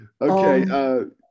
Okay